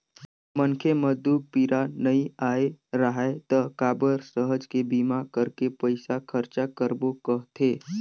मनखे म दूख पीरा नइ आय राहय त काबर सहज के बीमा करके पइसा खरचा करबो कहथे